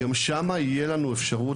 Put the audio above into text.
תהיה לנו בסוף,